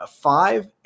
five